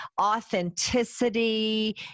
authenticity